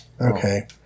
Okay